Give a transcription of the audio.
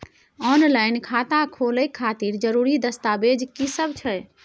Online खाता खोले खातिर जरुरी दस्तावेज की सब छै?